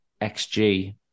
XG